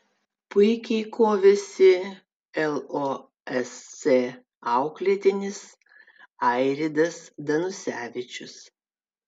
puikiai kovėsi losc auklėtinis airidas danusevičius